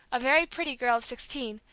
a very pretty girl of sixteen,